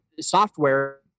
software